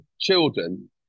children